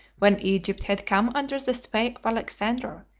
when egypt had come under the sway of alexander,